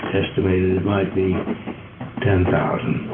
estimated might be ten thousand.